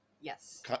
Yes